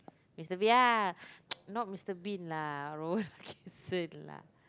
Mister-Bean ya not Mister-Bean lah Rowan-Atkinson lah